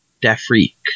d'Afrique